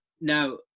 now